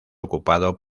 ocupado